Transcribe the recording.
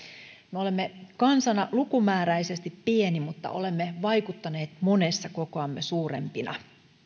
me olemme kansana lukumääräisesti pieni mutta olemme vaikuttaneet monessa kokoamme suurempina